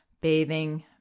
bathing